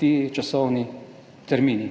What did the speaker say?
ti časovni termini.